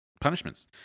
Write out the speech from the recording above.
punishments